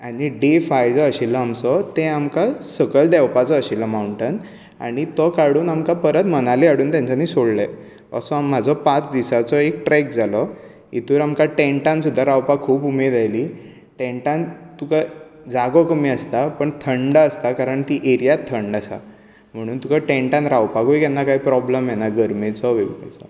आनी day five जो आशिल्लो आमचो ते आमकां सकयल देंवपाचो आशिल्लो मांवन्टन आनी तो काडून आमकां परत मनाली हाडून तेंच्यानी सोडलें असो म्हजो पांच दिसांचो एक ट्रेक जालो हितूंत आमकां टेन्टान सुद्दां रावपाक खूब उमेद आयली टेंन्टान तुका जागो कमी आसता पूण थंड आसता कारण ती एरियाच थंड आसा म्हणून तुका टेंन्टान रावपाकूय केन्ना काय प्रोब्लम येना गर्मेचो बिर्मेचो